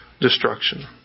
destruction